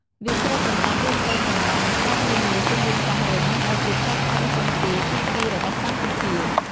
វាគ្របដណ្តប់លើផ្ទៃសមុទ្រ និងកោះនានាជុំវិញកោះរុង ដែលជាកោះធំជាងគេទីពីររបស់កម្ពុជា។